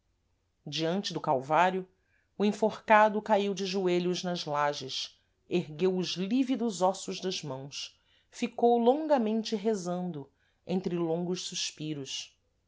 diante do calvário o enforcado caíu de joelhos nas lages ergueu os lívidos ossos das mãos ficou longamente rezando entre longos suspiros